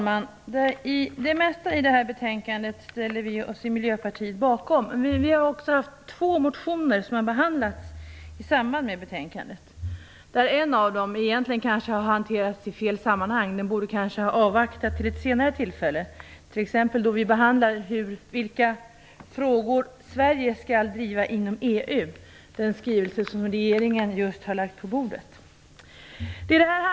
Fru talman! Vi i Miljöpartiet ställer oss bakom det mesta i det här betänkandet. Vi har också väckt två motioner som har behandlats i samband med betänkandet. En av dessa motioner har kanske hanterats i fel sammanhang. Vi borde kanske ha avvaktat med den till ett senare tillfälle, t.ex. då vi skall behandla vilka frågor som Sverige skall driva i EU, den skrivelse som regeringen just har lagt på bordet.